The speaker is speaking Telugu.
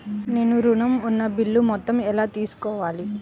నేను ఋణం ఉన్న బిల్లు మొత్తం ఎలా తెలుసుకోవాలి?